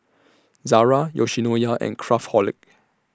Zara Yoshinoya and Craftholic